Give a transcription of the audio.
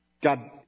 God